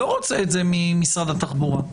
לא רוצה את זה ממשרד התחבורה.